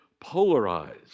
Polarized